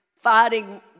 fighting